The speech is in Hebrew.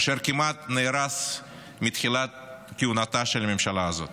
אשר כמעט נהרס מתחילת כהונתה של הממשלה הזאת.